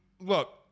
look